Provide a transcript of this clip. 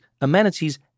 amenities